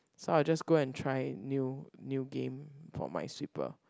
so I'll just go and try new new game for my sweeper